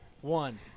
one